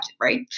right